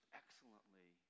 excellently